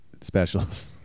specials